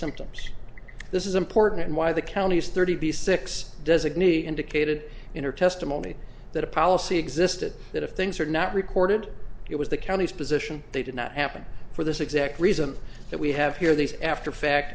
symptoms this is important and why the county's thirty six designee indicated in her testimony that a policy existed that if things are not recorded it was the county's position they did not happen for this exact reason that we have here these after